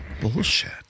Bullshit